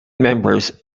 members